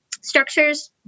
structures